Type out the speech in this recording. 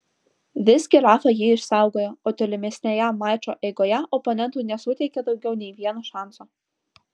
visgi rafa jį išsaugojo o tolimesnėje mačo eigoje oponentui nesuteikė daugiau nei vieno šanso